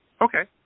Okay